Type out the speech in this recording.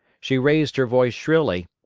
she raised her voice shrilly.